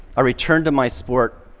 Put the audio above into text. ah returned to my sport,